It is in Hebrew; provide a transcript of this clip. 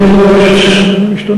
אני עוד לא רואה שבסיס הנתונים השתנה.